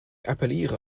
appelliere